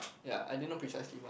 ya I didn't know precisely what